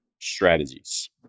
strategies